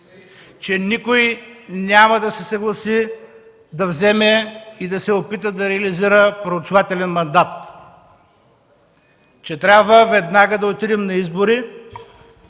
че никой няма да се съгласи да вземе и да се опита да реализира проучвателен мандат, че трябва веднага да отидем на избори.